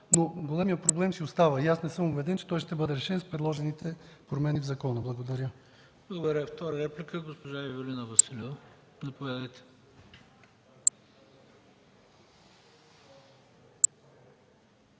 но големият проблем си остава. И аз не съм убеден, че той ще бъде решен с предложените промени в закона. Благодаря.